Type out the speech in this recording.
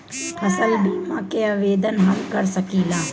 फसल बीमा के आवेदन हम कर सकिला?